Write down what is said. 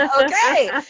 Okay